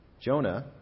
Jonah